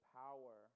power